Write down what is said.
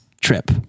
trip